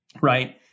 right